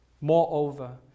Moreover